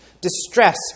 distress